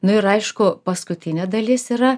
nu ir aišku paskutinė dalis yra